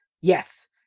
yes